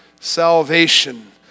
salvation